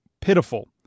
pitiful